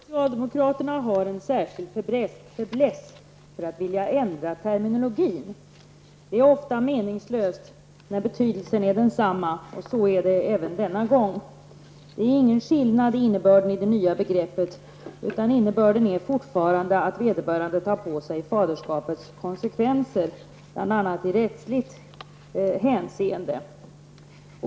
Fru talman! Socialdemokraterna har en särskild faibless för att vilja ändra terminologin. Detta är ofta meningslöst när betydelsen är densamma. Så är det även denna gång. Det är ingen skillnad i innebörden i det nya begreppet, utan innebörden är fortfarande att vederbörande tar på sig faderskapets konsekvenser, bl.a. i rättsligt hänseende.